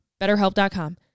BetterHelp.com